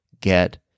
get